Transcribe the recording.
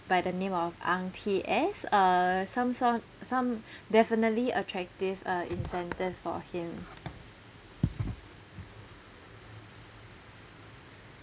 by name of ang T_S uh some sort some definitely attractive uh incentive for him